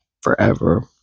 forever